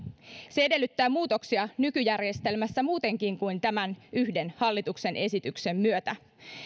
se edellyttää muutoksia nykyjärjestelmässä muutenkin kuin tämän yhden hallituksen esityksen myötä